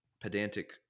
pedantic